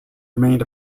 remained